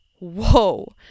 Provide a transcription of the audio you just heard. whoa